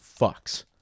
fucks